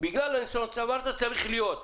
בגלל הניסיון שצברת, שצריך להיות.